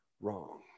wrong